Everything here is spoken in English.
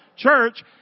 church